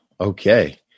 Okay